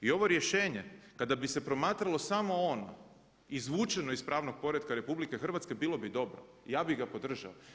I ovo rješenje kada bi se promatralo samo ono izvučeno iz pravnog poretka RH bilo bi dobro i ja bih ga podržao.